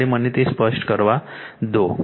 ત્યારે મને તે સ્પષ્ટ કરવા દો